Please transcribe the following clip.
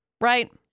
right